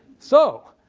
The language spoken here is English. so,